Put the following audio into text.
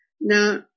Now